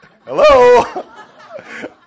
Hello